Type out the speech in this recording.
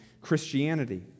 Christianity